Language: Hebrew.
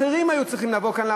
רבים אחרים היו צריכים לבוא כאן,